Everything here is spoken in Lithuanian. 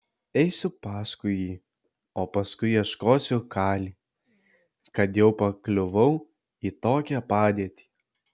eisiu paskui jį o paskui ieškosiu kali kad jau pakliuvau į tokią padėtį